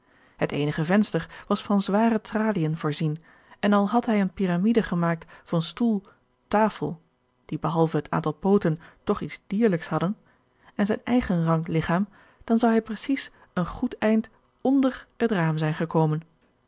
het eenige venster was van zware traliën voorzien en al had hij eene pyramide gemaakt van stoel tafel die behalve het aantal pooten toch iets dierlijks hadden en zijn eigen rank ligchaam dan zou hij precies een goed eind onder het raam zijn gekomen